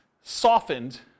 softened